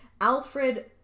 Alfred